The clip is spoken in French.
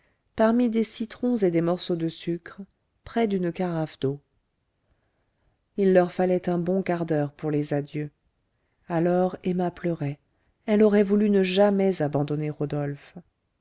parmi des citrons et des morceaux de sucre près d'une carafe d'eau il leur fallait un bon quart d'heure pour les adieux alors emma pleurait elle aurait voulu ne jamais abandonner rodolphe